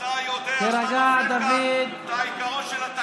אתה יודע, את העיקרון של התקיה.